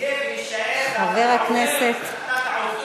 נהיה ונישאר, ואתה תעוף.